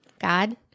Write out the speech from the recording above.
God